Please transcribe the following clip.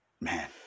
man